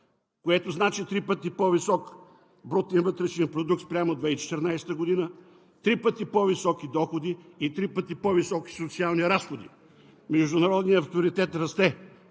което значи три пъти по-висок брутен вътрешен продукт спрямо 2014 г., три пъти по-високи доходи и три пъти по-високи социални разходи. Международният авторитет расте.